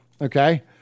Okay